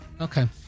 Okay